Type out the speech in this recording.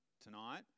tonight